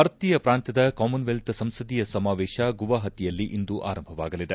ಭಾರತೀಯ ಪ್ರಾಂತ್ಲದ ಕಾಮನ್ವೆಲ್ತ್ ಸಂಸದೀಯ ಸಮಾವೇಶ ಗುವಾಪತಿಯಲ್ಲಿ ಇಂದು ಆರಂಭವಾಗಲಿದೆ